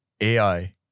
AI